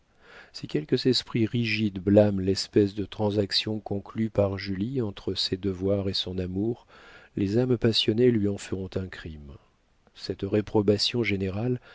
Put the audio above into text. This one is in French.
si quelques esprits rigides blâment l'espèce de transaction conclue par julie entre ses devoirs et son amour les âmes passionnées lui en feront un crime cette réprobation générale